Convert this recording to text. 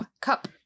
cup